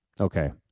Okay